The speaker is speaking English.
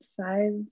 Five